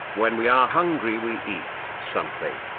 when we are hungry we eat something.